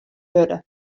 wurde